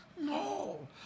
No